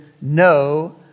no